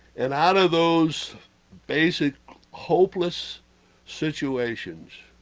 and out of those basic hopeless situations